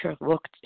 looked